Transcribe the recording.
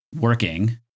working